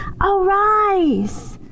arise